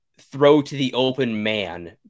throw-to-the-open-man